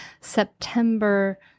September